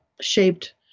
shaped